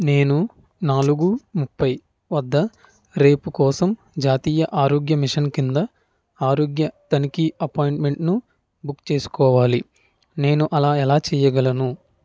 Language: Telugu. నేను నాలుగు ముప్పై వద్ద రేపు కోసం జాతీయ ఆరోగ్య మిషన్ క్రింద ఆరోగ్య తనిఖీ అపాయింట్మెంట్ను బుక్ చేసుకోవాలి నేను అలా ఎలా చెయ్యగలను